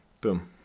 Boom